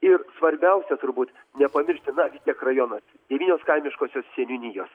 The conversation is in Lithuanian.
ir svarbiausia turbūt nepamiršti vis tiek rajonas devynios kaimiškosios seniūnijos